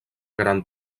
gran